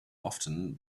often